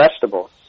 vegetables